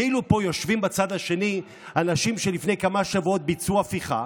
כאילו פה יושבים בצד השני אנשים שלפני כמה שבועות ביצעו הפיכה.